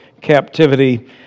captivity